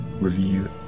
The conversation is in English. review